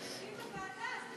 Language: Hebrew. אז תשפיעו בוועדה על תקציב המדינה,